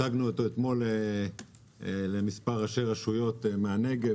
הצגנו אותו אתמול למספר ראשי רשויות בנגב